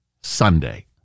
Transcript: Sunday